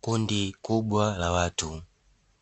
Kundi kubwa la watu